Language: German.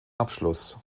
abschluss